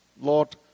Lord